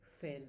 fell